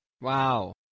Wow